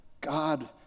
God